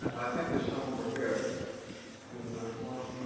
i think there's some over here in one of